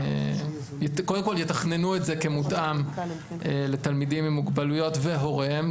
קודם כל יתכננו את זה כמותאם לתלמידים עם מוגבלויות והוריהם,